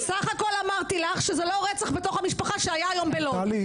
בסך הכול אמרתי לך שזה לא רצח בתוך המשפחה שהיה היום בלוד.